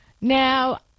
Now